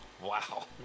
Wow